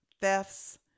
thefts